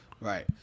right